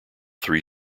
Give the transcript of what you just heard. three